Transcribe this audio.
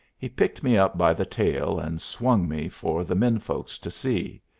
he picked me up by the tail, and swung me for the men-folks to see.